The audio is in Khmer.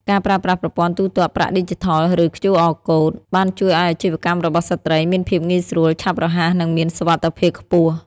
ការប្រើប្រាស់ប្រព័ន្ធទូទាត់ប្រាក់ឌីជីថល ឬ QR Code បានជួយឱ្យអាជីវកម្មរបស់ស្ត្រីមានភាពងាយស្រួល ឆាប់រហ័ស និងមានសុវត្ថិភាពខ្ពស់។